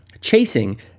chasing